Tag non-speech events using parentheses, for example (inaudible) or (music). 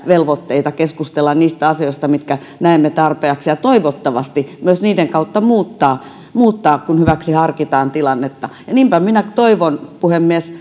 velvoitteita keskustella niistä asioista mitkä näemme tarpeellisiksi ja toivottavasti myös niiden kautta voidaan muuttaa tilannetta kun hyväksi harkitaan niinpä minä toivon puhemies (unintelligible)